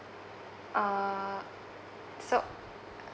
uh so